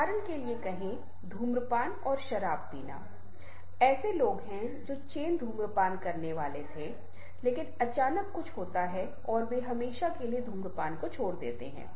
उदाहरण के लिए कहें धूम्रपान और शराब पीना ऐसे लोग हैं जो चेन धूम्रपान करने वाले थे लेकिन अचानक कुछ होता है और वे हमेशा के लिए धूम्रपान को छोड़ देते हैं